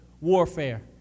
Warfare